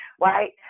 right